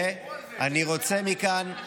ואני רוצה מכאן,